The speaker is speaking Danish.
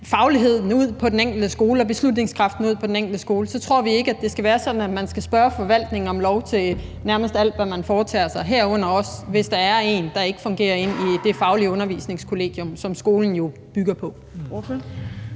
fagligheden ud på den enkelte skole og have beslutningskraften ud på den enkelte skole, tror vi ikke, at det skal være sådan, at man skal spørge forvaltningen om lov til nærmest alt, hvad man foretager sig, herunder også hvis der er en, der ikke fungerer i det faglige undervisningskollegium, som skolen jo bygger på.